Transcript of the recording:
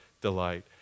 delight